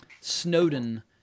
Snowden –